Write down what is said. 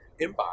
inbox